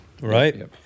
right